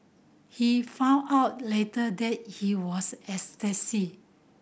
he found out later that he was ecstasy